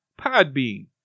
Podbean